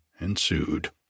ensued